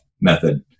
method